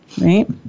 Right